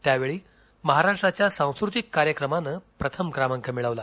त्यावेळी महाराष्ट्राच्या सांस्कृतिक कार्यक्रमान प्रथम क्रमांक मिळविला